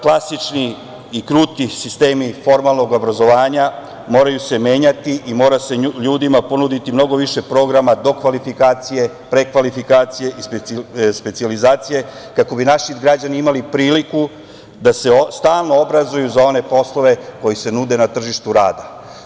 Klasični i kruti sistemi formalnog obrazovanja moraju se menjati i mora se ljudima ponuditi mnogo više programa dokvalifikacije, prekvalifikacije i specijalizacije kako bi naši građani imali priliku da se stalno obrazuju za one poslove koji se nude na tržištu rada.